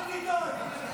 אל תדאג.